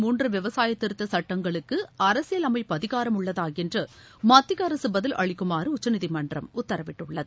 மூன்றுவிவசாயதிருத்தசட்டங்களுக்குஅரசியலமைப்பு அதிகாரம் உள்ளதாஎன்றுமத்தியஅரசுபதில் அளிக்குமாறுஉச்சநீதிமன்றம்உத்தரவிட்டுள்ளது